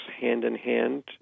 hand-in-hand